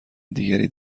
دیگری